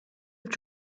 have